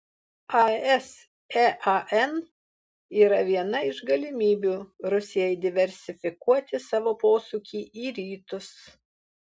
asean yra viena iš galimybių rusijai diversifikuoti savo posūkį į rytus